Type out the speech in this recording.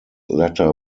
latter